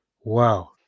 Wow